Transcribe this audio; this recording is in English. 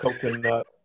coconut